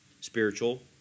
spiritual